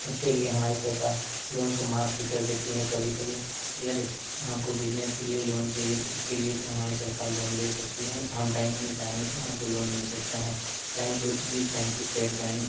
उसके लिए हमारी सरकार लोन को माफ भी कर देती है कभी कभी यदि हमको बिजनेस के लिए लोन चाहिए तो उसके लिए भी हमारी सरकार लोन दे सकती है हम बैंक में जाएंगे तो हमको लोन मिल सकता है चाहे जो जिस बैंक इश्टेट बैंक